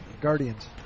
Guardians